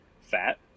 fat